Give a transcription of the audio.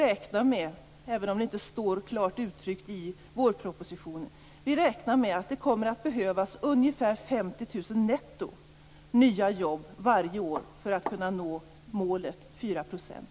Även om det inte står klart uttryckt i vårpropositionen räknar vi med att det kommer att behövas ungefär 50 000 nya jobb netto varje år för att vi skall kunna nå målet 4 %.